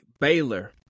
baylor